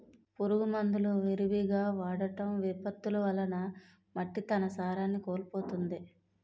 పురుగు మందులు విరివిగా వాడటం, విపత్తులు వలన మట్టి తన సారాన్ని కోల్పోతుంది